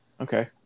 okay